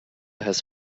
has